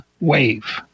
Wave